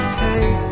take